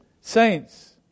Saints